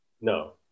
No